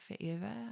forever